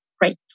great